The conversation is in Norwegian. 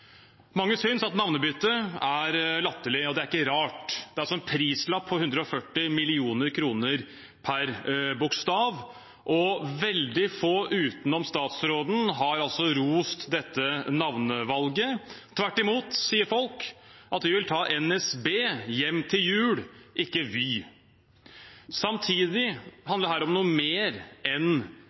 Mange synes at navnebyttet er latterlig – og det er ikke rart. Det er altså en prislapp på 140 mill. kr per bokstav, og veldig få, utenom statsråden, har rost dette navnevalget. Tvert imot sier folk at de vil ta NSB hjem til jul – ikke Vy. Samtidig handler dette om noe mer enn